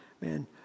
Man